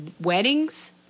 Weddings